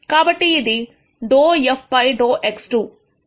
కాబట్టి ఇది ∂f ∂x2